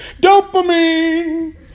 Dopamine